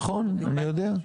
נכון, אני יודע.